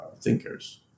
thinkers